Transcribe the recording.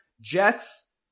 Jets